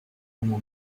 mama